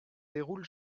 déroule